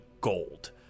gold